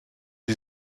sie